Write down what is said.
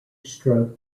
stroke